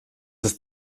ist